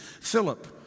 Philip